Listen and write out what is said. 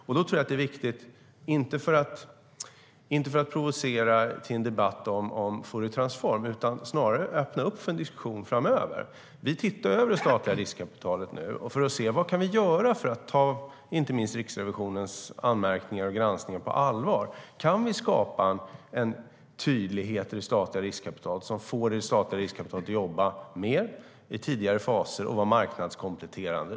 Jag tror att det är viktigt, för att öppna upp för en diskussion framöver snarare än provocera fram en debatt om Fouriertransform, att vi tittar över det statliga riskkapitalet nu. Vi ser vad vi kan göra för att ta inte minst Riksrevisionens granskning och anmärkningar på allvar. Kan vi skapa en tydlighet i det statliga riskkapitalet som får det statliga riskkapitalet att jobba mer och i tidigare faser samt vara marknadskompletterande?